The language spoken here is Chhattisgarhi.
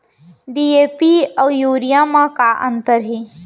डी.ए.पी अऊ यूरिया म का अंतर हे?